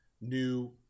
new